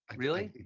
really.